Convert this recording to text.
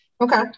Okay